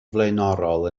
flaenorol